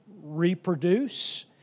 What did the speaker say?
reproduce